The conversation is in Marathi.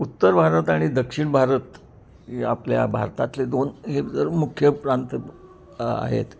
उत्तर भारत आणि दक्षिण भारत या आपल्या भारतातले दोन हे जर मुख्य प्रांत आहेत